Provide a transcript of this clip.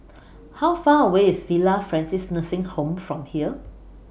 How Far away IS Villa Francis Nursing Home from here